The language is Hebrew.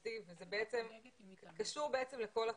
תעסוקתי וזה קשור לכל התחומים.